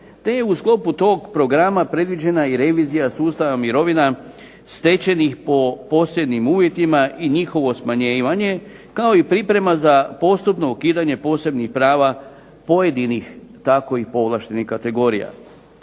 te je u sklopu toga programa predviđena revizija sustava mirovina stečenih po posebnim uvjetima i njihovo smanjivanje, kao i priprema postupno ukidanje posebnih prava pojedinih takovih povlaštenih kategorija.